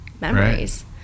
memories